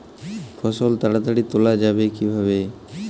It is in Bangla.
ফসল তাড়াতাড়ি তোলা যাবে কিভাবে?